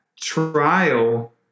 trial